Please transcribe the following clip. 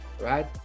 Right